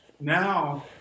Now